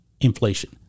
inflation